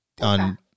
on